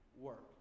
work